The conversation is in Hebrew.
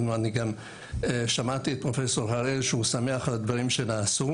אני גם שמעתי את פרופסור הראל שהוא שמח על הדברים שנעשו.